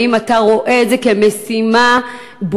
האם אתה רואה את זה כמשימה ברורה,